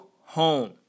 home